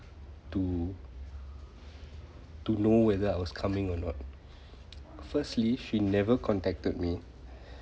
to to know whether I was coming or not firstly she never contacted me